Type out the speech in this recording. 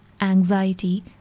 anxiety